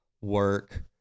work